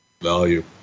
value